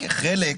כי חלק,